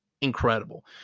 incredible